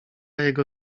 jego